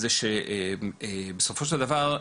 זה שבסופו של דבר,